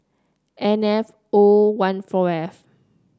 N F O one four F